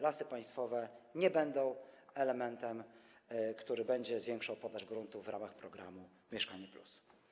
Lasy Państwowe nie będą elementem, który będzie zwiększał podaż gruntów w ramach programu „Mieszkanie+”